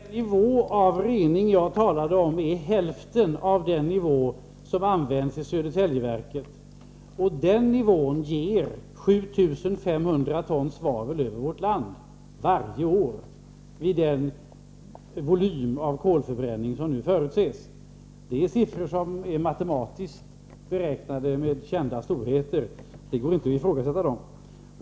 Herr talman! Den nivå av utsläpp efter rening som jag talade om är hälften av den nivå som tillämpas i Södertäljeverket, och den nivån ger 7 500 ton svavel över vårt land, varje år, vid den volym av kolförbränning som nu förutses. Detta är siffror som är matematiskt beräknade med kända storheter. Det går inte att ifrågasätta dem.